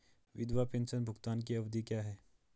विधवा पेंशन भुगतान की अवधि क्या है?